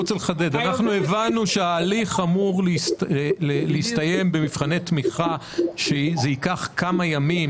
הבנו שההליך של מבחני התמיכה אמור להסתיים בתוך כמה ימים,